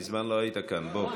מזמן לא היית כאן, בוא.